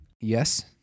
Yes